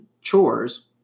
chores